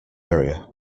area